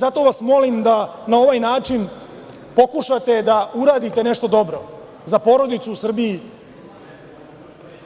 Zato vas molim da na ovaj način, pokušate da uradite nešto dobro za porodice u Srbiji,